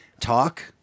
talk